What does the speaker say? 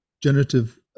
generative